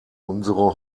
unsere